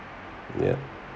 ya